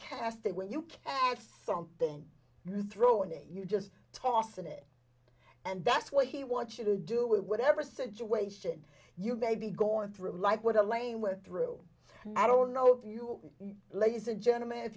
it when you catch something you throw on it you just toss in it and that's what he wants you to do with whatever situation you may be going through like what elaine went through i don't know if you ladies and gentlemen if